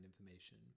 information